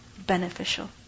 beneficial